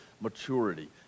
maturity